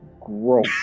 gross